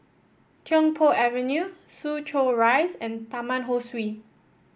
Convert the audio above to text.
Tiong Poh Avenue Soo Chow Rise and Taman Ho Swee